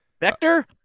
Vector